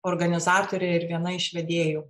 organizatorė ir viena iš vedėjų